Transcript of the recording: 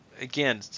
again